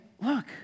look